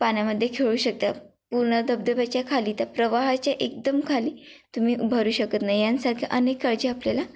पाण्यामध्ये खेळू शकता पूर्ण धबधब्याच्या खाली त्या प्रवाहाच्या एकदम खाली तुम्ही उभं राहू शकत नाही यासारख्या अनेक काळजी आपल्याला